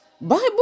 bible